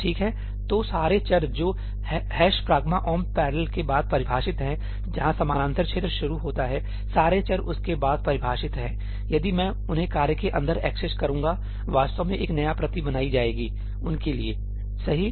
ठीक है तो सारे चर जो ' pragma omp parallel' के बाद परिभाषित हैं जहां समानांतर क्षेत्र शुरू होता है सारे चर उसके बाद परिभाषित हैं यदि मैं उन्हें कार्य के अंदर एक्सेस करूंगा वास्तव में एक नया प्रति बनाई जाएगी उनके लिए सही